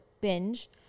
binge